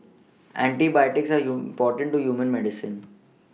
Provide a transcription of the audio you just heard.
antibiotics are important to human medicine